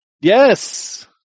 Yes